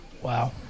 Wow